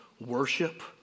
worship